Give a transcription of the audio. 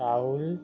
Rahul